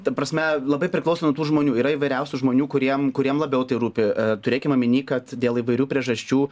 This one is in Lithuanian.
ta prasme labai priklauso nuo tų žmonių yra įvairiausių žmonių kuriem kuriem labiau tai rūpi turėkim omeny kad dėl įvairių priežasčių